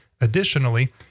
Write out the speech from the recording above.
Additionally